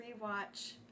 rewatch